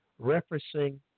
referencing